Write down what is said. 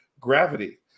Gravity